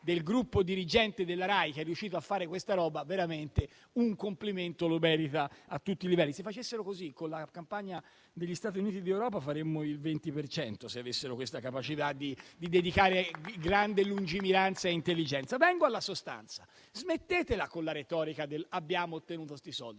del gruppo dirigente della RAI, che è riuscito a fare questa roba veramente un complimento lo merita a tutti i livelli. Se facessero così con la campagna degli Stati Uniti d'Europa, se avessero questa capacità di dedicarvi grande lungimiranza e intelligenza, faremmo il 20 per cento. Vengo alla sostanza. Smettetela con la retorica dell'abbiamo ottenuto questi soldi;